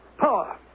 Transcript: power